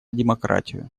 демократию